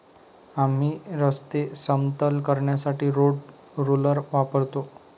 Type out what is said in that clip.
आम्ही रस्ते समतल करण्यासाठी रोड रोलर वापरतो